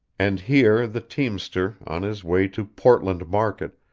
and here the teamster, on his way to portland market,